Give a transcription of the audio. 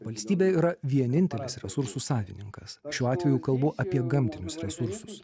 valstybė yra vienintelis resursų savininkas šiuo atveju kalbu apie gamtinius resursus